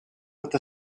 with